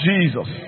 Jesus